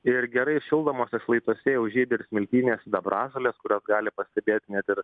ir gerai šildomuose šlaituose jau žydi ir smiltynės sidabražolės kurias gali pastebėti net ir